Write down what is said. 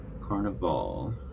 carnival